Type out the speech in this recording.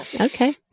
Okay